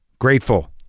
Grateful